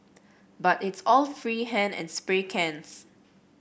but it's all free hand and spray cans